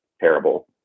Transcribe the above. terrible